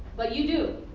but you do.